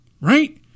right